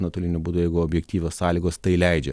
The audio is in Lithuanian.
nuotoliniu būdu jeigu objektyvios sąlygos tai leidžia